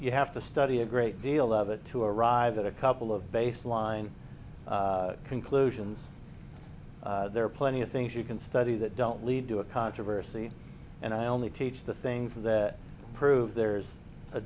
you have to study a great deal of it to arrive at a couple of baseline conclusions there are plenty of things you can study that don't lead to a controversy and i only teach the things that prove there's a